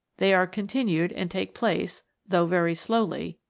they are continued and take place, though very slowly,